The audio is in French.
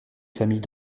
famille